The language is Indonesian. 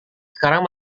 sekarang